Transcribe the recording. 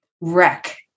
wreck